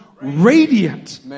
radiant